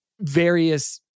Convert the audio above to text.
various